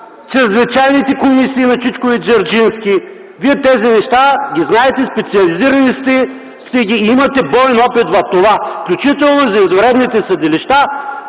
чрез вичайните комисии на чичко ви Дзержински. Вие тези неща ги знаете, специализирали сте ги и имате боен опит в това. Включително и за извънредните съдилища